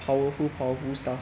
powerful powerful stuff